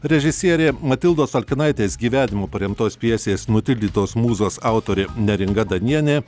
režisierė matildos olkinaitės gyvenimu paremtos pjesės nutildytos mūzos autorė neringa danienė